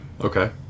Okay